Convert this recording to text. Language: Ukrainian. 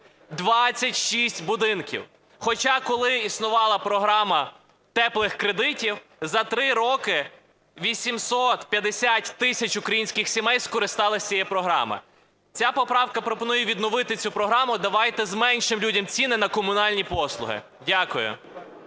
26 будинків. Хоча, коли існувала програма "теплих кредитів", за три роки 850 тисяч українських сімей скористалися цією програмою. Ця поправка пропонує відновити цю програму. Давайте зменшимо людям ціни на комунальні послуги. Дякую.